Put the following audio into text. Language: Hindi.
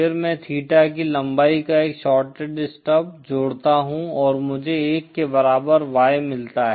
फिर मैं थीटा की लंबाई का एक शॉर्टेड स्टब जोड़ता हूं और मुझे 1 के बराबर Y मिलता है